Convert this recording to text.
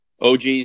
OGs